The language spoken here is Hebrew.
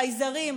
חייזרים,